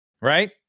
Right